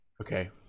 Okay